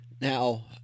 Now